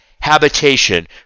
habitation